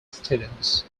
stevens